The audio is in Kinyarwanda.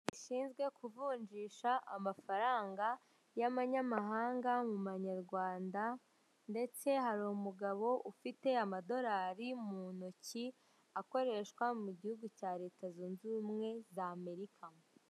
Gishinzwe kuvunjisha amafaranga y'amanyamahanga mu manyarwanda ndetse hari umugabo ufiite amadorari mu ntoki akoreshwa mu gihugu cya leta zunze ubumwe z'Amerika.